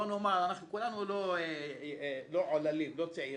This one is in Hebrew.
אנחנו כולנו לא עוללים, לא צעירים.